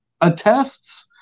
attests